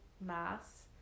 mass